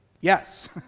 Yes